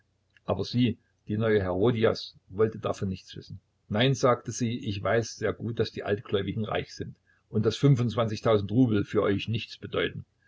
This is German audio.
aber sie die neue herodias wollte davon nichts wissen nein sagte sie ich weiß sehr gut daß die altgläubigen reich sind und daß fünfundzwanzigtausend rubel für euch nichts bedeuten